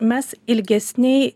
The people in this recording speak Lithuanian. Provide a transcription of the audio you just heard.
mes ilgesnėj